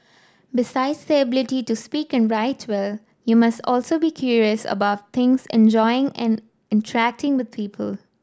besides the ability to speak and write well you must also be curious about things and enjoy in interacting with people